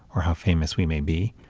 or how famous we may be.